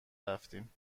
رفتیم